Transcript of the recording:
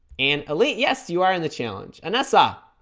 and elite yes you are in the challenge and that's ah